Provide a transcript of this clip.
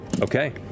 Okay